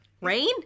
Rain